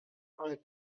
ale